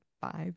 five